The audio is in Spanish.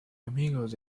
amigos